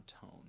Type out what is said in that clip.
tone